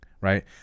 right